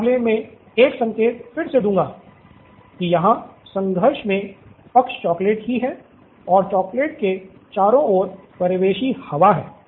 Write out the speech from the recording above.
इस मामले में एक संकेत फिर से दूँगा कि यहाँ संघर्ष में पक्ष चॉकलेट ही हैं और चॉकलेट के चारों ओर परिवेशी हवा है